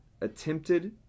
attempted